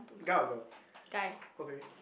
guy or girl okay